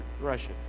Russia